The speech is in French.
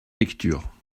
lecture